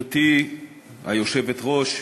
גברתי היושבת-ראש,